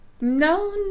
No